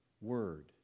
word